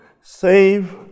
save